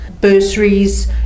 bursaries